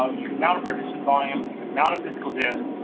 so you can mount a partition volume, you can mount a physical disk,